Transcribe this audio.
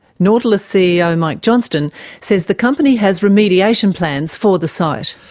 nautilus ceo mike johnston says the company has remediation plans for the site.